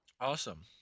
awesome